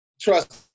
Trust